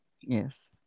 Yes